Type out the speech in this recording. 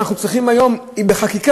אנחנו צריכים היום בחקיקה,